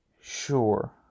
sure